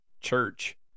church